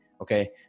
Okay